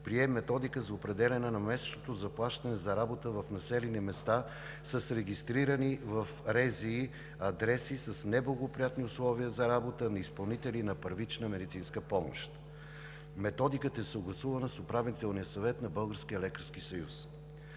прие Методика за определяне на месечното заплащане за работа в населени места с регистрирани в регионалните здравни инспекции адреси с неблагоприятни условия за работа на изпълнители на първична медицинска помощ. Методиката е съгласувана с Управителния съвет на Българския лекарски съюз.